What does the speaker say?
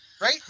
right